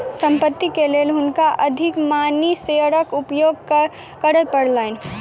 संपत्ति के लेल हुनका अधिमानी शेयरक उपयोग करय पड़लैन